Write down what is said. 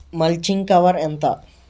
Mulching cover ఎంత?